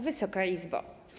Wysoka Izbo!